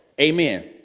Amen